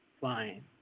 fine